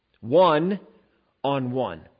one-on-one